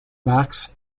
max